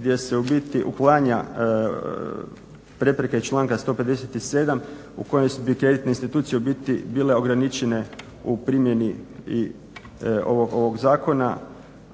gdje se u biti uklanja prepreka iz članka 157. u kojem bi kreditne institucije u biti bile ograničene u primjeni ovog zakona,